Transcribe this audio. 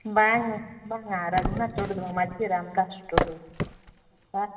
ᱵᱟᱝ ᱵᱟᱝᱟ ᱨᱚᱜᱷᱩᱱᱟᱛᱷ ᱴᱩᱰᱩ ᱫᱚ ᱵᱟᱝ ᱢᱟᱺᱡᱷᱤ ᱨᱟᱢᱫᱟᱥ ᱴᱩᱰᱩᱣᱟᱜ